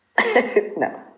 No